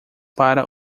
para